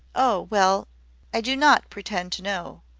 oh, well i do not pretend to know.